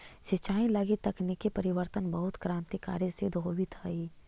सिंचाई लगी तकनीकी परिवर्तन बहुत क्रान्तिकारी सिद्ध होवित हइ